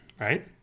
right